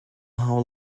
how